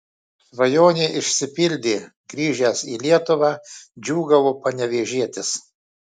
svajonė išsipildė grįžęs į lietuvą džiūgavo panevėžietis